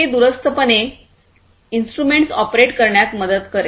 हे दूरस्थपणे instruments operate करण्यात मदत करेल